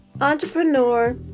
entrepreneur